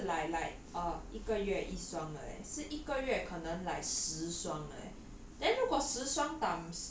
so 他卖鞋 hor 不是来 like like err 一个月一双的 leh 是一个月可能 like 十双的 leh